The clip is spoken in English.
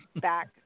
back